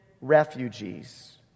refugees